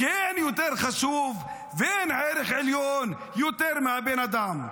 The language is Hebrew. כי אין יותר חשוב, ואין ערך עליון יותר מהבן אדם.